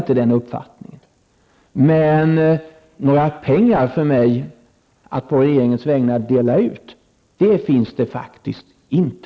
Jag delar den inte, men några pengar att dela ut på regeringens vägnar finns faktiskt inte.